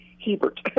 Hebert